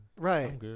Right